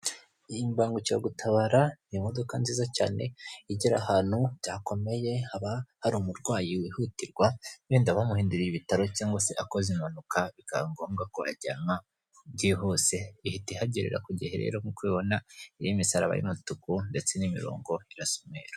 Iyi mbangukiragutabara ni imodoka nziza cyane igera ahantu byakomeye haba hari umurwayi wihutirwa wenda bamuhindundiriye ibitaro, cyangwa se akoze impanuka bikaba ngombwa ko ajyanwa byihuse. Ihita ihagerera ku gihe rero nk'uko ubibona iriho imisaraba y'umutuku ndetse n'imirongo irasa umweru.